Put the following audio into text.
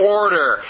order